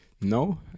No